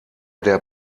der